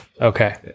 Okay